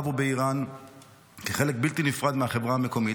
ובאיראן כחלק בלתי נפרד מהחברה המקומית,